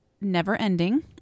never-ending